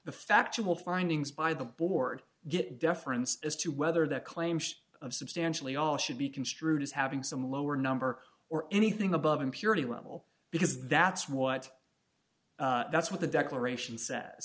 the factual findings by the board get deference as to whether the claims of substantially all should be construed as having some lower number or anything above impurity level because that's what that's what the declaration